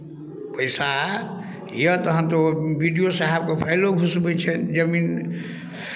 पैसा यए तखन तऽ ओ बी डी ओ साहेबके फाइलो घुसबै छनि जमीन